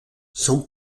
son